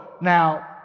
now